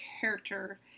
character